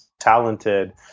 talented